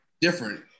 different